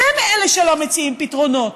אתם אלה שלא מציעים פתרונות.